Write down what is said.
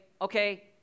okay